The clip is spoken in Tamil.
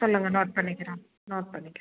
சொல்லுங்கள் நோட் பண்ணிக்கிறோம் நோட் பண்ணிக்கிறேன்